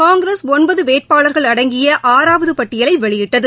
காங்கிரஸ் ஒன்பதவேட்பாளர்கள் அடங்கியஆறாவதபட்டியலைவெளியிட்டது